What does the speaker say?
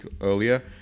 earlier